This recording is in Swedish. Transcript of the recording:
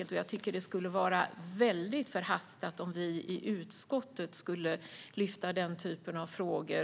Jag tycker att det skulle vara väldigt förhastat om vi i utskottet nu skulle lyfta den typen av frågor.